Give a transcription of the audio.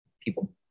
people